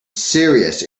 serious